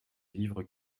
livres